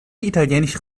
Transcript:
italienische